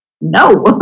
no